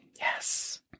Yes